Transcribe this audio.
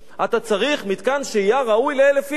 אתה צריך מתקן שהייה ראוי ל-1,000 איש.